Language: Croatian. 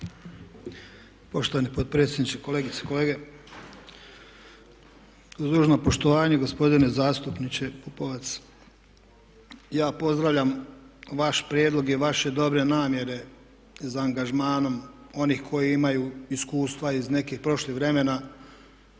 Poštovani potpredsjedniče, kolegice i kolege. Uz dužno poštovanje gospodine zastupniče Pupovac, ja pozdravljam vaš prijedlog i vaše dobre namjere za angažmanom onih koji imaju iskustva iz nekih prošlih vremena